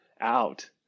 out